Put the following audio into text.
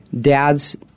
dads